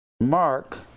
Mark